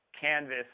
canvas